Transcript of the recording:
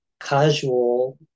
casual